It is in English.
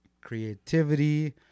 creativity